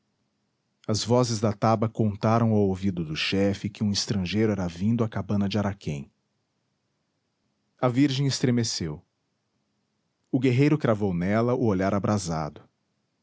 as vozes da taba contaram ao ouvido do chefe que um estrangeiro era vindo à cabana de araquém a virgem estremeceu o guerreiro cravou nela o olhar abrasado